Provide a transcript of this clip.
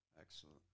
Excellent